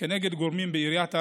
כנגד גורמים בעיריית ערד,